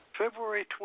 February